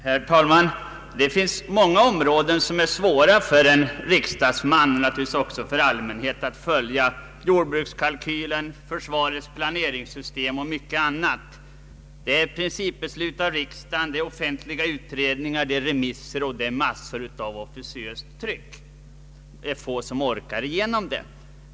Herr talman! Det finns många områden som för en riksdagsman — och naturligtvis också för allmänheten — är svåra att följa: jordbrukskalkylen, försvarets planeringssystem och mycket annat. Det finns principbeslut av riksdagen, offentliga utredningar, remisser och massor av officiöst tryck. Det är få som orkar igenom detta.